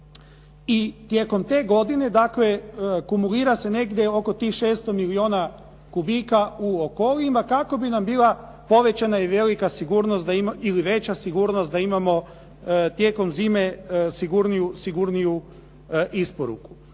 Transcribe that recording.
I tijekom te godine, dakle kumulira se negdje oko tih 600 milijuna kubika u Okolima kako bi nam bila povećana i velika sigurnost ili veća sigurnost da imamo tijekom zime sigurniju isporuku.